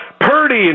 Purdy